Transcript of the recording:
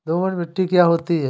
दोमट मिट्टी क्या होती हैं?